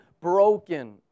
broken